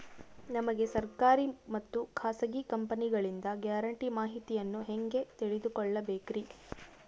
ನಮಗೆ ಸರ್ಕಾರಿ ಮತ್ತು ಖಾಸಗಿ ಕಂಪನಿಗಳಿಂದ ಗ್ಯಾರಂಟಿ ಮಾಹಿತಿಯನ್ನು ಹೆಂಗೆ ತಿಳಿದುಕೊಳ್ಳಬೇಕ್ರಿ?